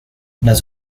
las